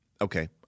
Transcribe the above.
okay